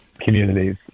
communities